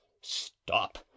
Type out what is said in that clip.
Stop